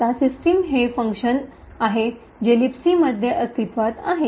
आता सिस्टीम हे फंक्शन आहे जे लिबसी मध्ये अस्तित्वात आहे